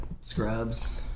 Scrubs